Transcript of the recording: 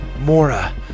Mora